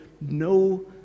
No